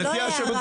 זאת לא הערה.